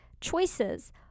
choices